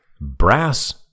Brass